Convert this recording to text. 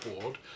Board